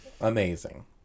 amazing